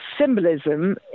symbolism